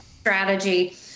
strategy